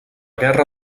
guerra